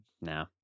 no